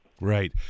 Right